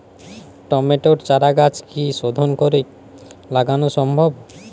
টমেটোর চারাগাছ কি শোধন করে লাগানো সম্ভব?